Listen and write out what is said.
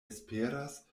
esperas